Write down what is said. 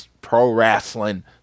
pro-wrestling